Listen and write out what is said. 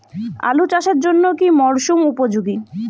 আলু চাষের জন্য কি মরসুম উপযোগী?